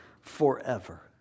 forever